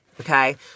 Okay